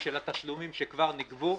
של התשלומים שכבר ניגבו.